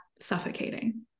suffocating